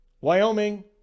Wyoming